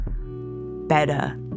better